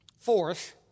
Fourth